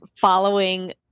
following